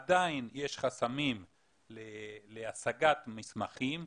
עדיין יש חסמים להשגת מסמכים,